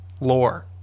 Lore